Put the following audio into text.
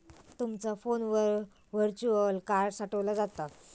तुमचा फोनवर virtual card साठवला जाता